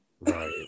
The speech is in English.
right